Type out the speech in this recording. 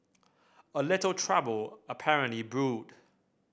a little trouble apparently brewed